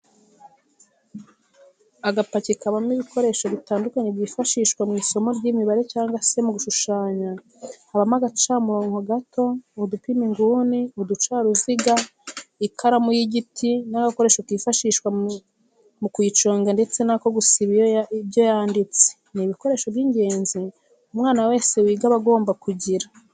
Agapaki kabamo ibikoresho bitandukanye byifashishwa mu isomo ry'imibare cyangwa se mu gushushanya habamo agacamurongo gato, udupima inguni, uducaruziga, ikaramu y'igiti n'agakoresho kifashishwa mu kuyiconga ndetse n'ako gusiba ibyo yanditse, ni ibikoresho by'ingenzi umwana wese wiga aba agomba kugira.